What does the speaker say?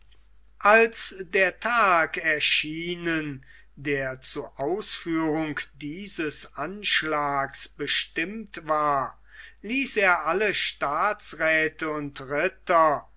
als der tag erschienen der zur ausführung dieses anschlags bestimmt war ließ er alle staatsräthe und ritter